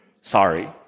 Sorry